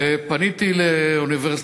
פניתי לאוניברסיטה,